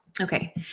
Okay